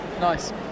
Nice